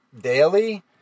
daily